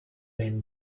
been